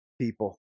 people